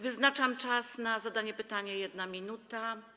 Wyznaczam czas na zadanie pytania - 1 minuta.